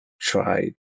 try